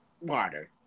water